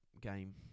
game